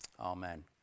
Amen